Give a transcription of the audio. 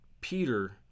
Peter